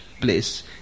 place